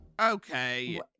Okay